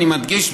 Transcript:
אני מדגיש,